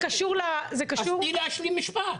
תני להשלים משפט.